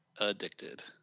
Addicted